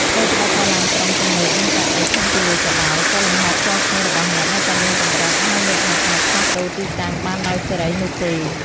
ថ្វីត្បិតតែឡានក្រុងទំនើបមានកៅអីធំទូលាយក៏ដោយ ក៏លំហផ្ទាល់ខ្លួនរបស់អ្នកនៅតែមានកម្រិត ហើយអ្នកមិនអាចផ្លាស់ប្តូរទីតាំងបានដោយសេរីនោះទេ។